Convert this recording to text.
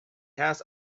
has